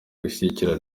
gushyigikira